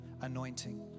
anointing